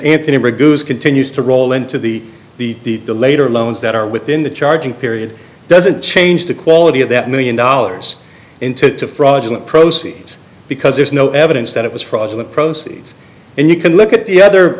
then continues to roll into the the the later loans that are within the charging period doesn't change the quality of that million dollars into the fraudulent proceedings because there's no evidence that it was fraudulent proceeds and you can look at the other